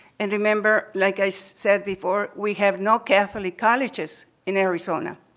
and, remember, like i so said before, we have no catholic colleges in arizona.